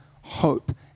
hope